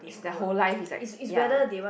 is their whole life is like ya